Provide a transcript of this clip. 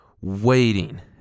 waiting